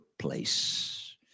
Place